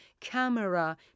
camera